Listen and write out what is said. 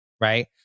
Right